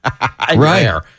Right